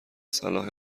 صلاح